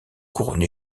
couronné